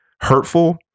hurtful